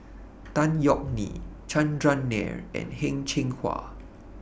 Tan Yeok Nee Chandran Nair and Heng Cheng Hwa